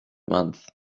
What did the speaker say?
month